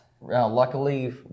Luckily